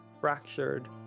fractured